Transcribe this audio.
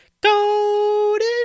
Golden